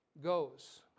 goes